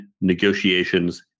negotiations